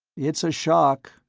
it's a shock,